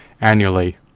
annually